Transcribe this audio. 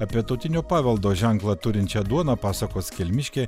apie tautinio paveldo ženklą turinčią duoną pasakos kelmiškė